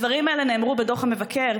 הדברים האלה נאמרו בדוח המבקר,